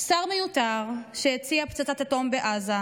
שר מיותר שהציע פצצת אטום בעזה,